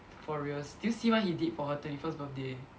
for reals did you see what he did for her twenty first birthday